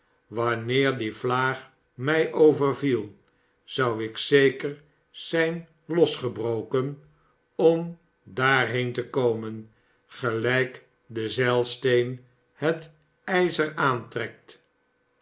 wanneer die vlaag mij overviel zou ik zeker zijn losgebroken om daarheen te komen gelijk de zeilsteen het ijzer aantrekt